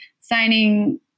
signing